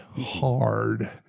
hard